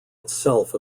itself